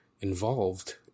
involved